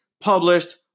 published